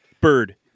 Bird